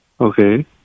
Okay